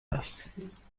است